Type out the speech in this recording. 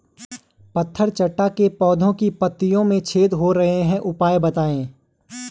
पत्थर चट्टा के पौधें की पत्तियों में छेद हो रहे हैं उपाय बताएं?